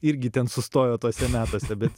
irgi ten sustojo tuose metuose bet